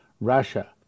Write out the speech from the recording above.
Russia